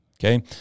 Okay